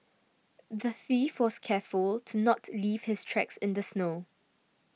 the thief was careful to not leave his tracks in the snow